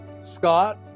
Scott